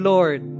Lord